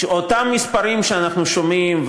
אותם מספרים שאנחנו שומעים,